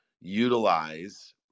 utilize